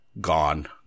gone